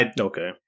Okay